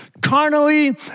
Carnally